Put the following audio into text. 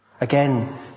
Again